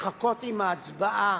לחכות עם ההצבעה